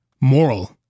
Moral